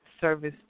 service